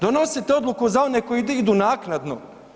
Donosite odluku za one koji idu naknadno.